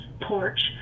porch